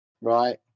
right